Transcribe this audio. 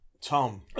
Tom